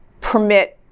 permit